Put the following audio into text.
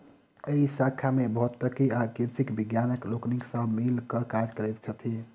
एहि शाखा मे भौतिकी आ कृषिक वैज्ञानिक लोकनि संग मिल क काज करैत छथि